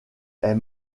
est